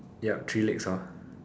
ya three legs hor